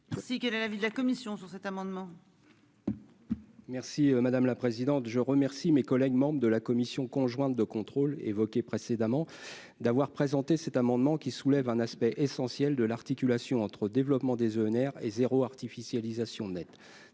Quel est l'avis de la commission des affaires économiques ? Je remercie mes collègues membres de la commission conjointe de contrôle évoquée précédemment d'avoir présenté cet amendement, qui soulève un aspect essentiel de l'articulation entre développement des EnR et « zéro artificialisation nette